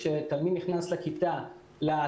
כשתלמיד נכנס לאתר,